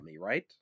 right